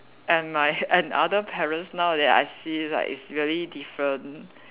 and my and other parents now that I see is like is really different